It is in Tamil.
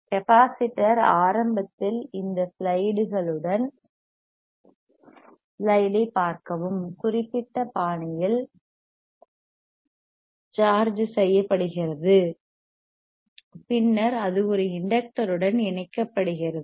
கெப்பாசிட்டர் ஆரம்பத்தில் இந்த ஸ்லைடுகளுடன் ஸ்லைடைப் பார்க்கவும் குறிப்பிட்ட பாணியில் சார்ஜ் செய்யப்படுகிறது பின்னர் அது ஒரு இண்டக்டர் உடன் இணைக்கப்படுகிறது